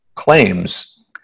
Claims